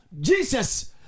Jesus